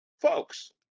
folks